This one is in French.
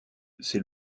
c’est